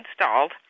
installed